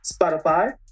Spotify